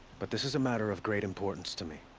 but this is a matter of great importance to me.